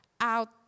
Out